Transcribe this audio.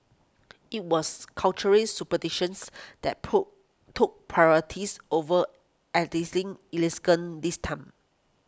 it was culture ray superstitions that poor took priorities over aesthetic elegance this time